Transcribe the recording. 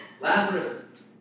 Lazarus